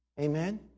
Amen